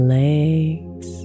legs